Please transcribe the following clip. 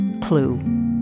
Clue